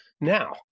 Now